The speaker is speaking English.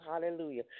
Hallelujah